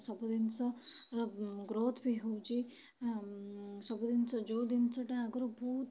ସବୁ ଜିନିଷର ଗ୍ରୋଥ୍ ବି ହେଉଛି ସବୁ ଜିନିଷ ଯେଉଁ ଜିନିଷଟା ଆଗରୁ ବହୁତ